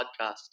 podcast